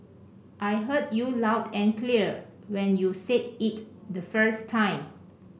I heard you loud and clear when you said it the first time